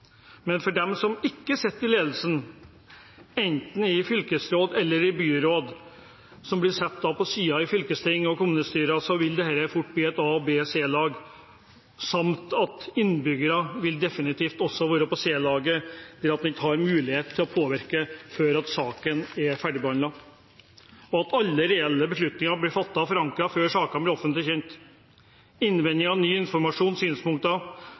fylkesråd eller byråd, blir da satt på siden i fylkesting og kommunestyrer. Dette vil fort bli A-, B- og C-lag. Og innbyggerne vil definitivt være på C-laget – en har ikke mulighet til å påvirke sakene før de er ferdigbehandlet, og alle reelle beslutninger blir fattet og forankret før sakene blir offentlig kjent. Innvendinger, ny informasjon og synspunkter